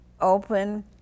open